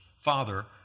Father